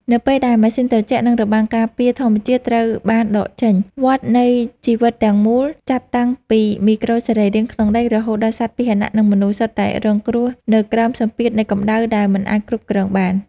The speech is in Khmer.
នៅពេលដែល ម៉ាស៊ីនត្រជាក់ និងរបាំងការពារ ធម្មជាតិត្រូវបានដកចេញ វដ្តនៃជីវិតទាំងមូលចាប់តាំងពីមីក្រូសរីរាង្គក្នុងដី រហូតដល់សត្វពាហនៈ និងមនុស្ស សុទ្ធតែរងគ្រោះនៅក្រោមសម្ពាធនៃកម្ដៅដែលមិនអាចគ្រប់គ្រងបាន។